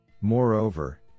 Moreover